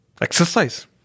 exercise